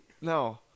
no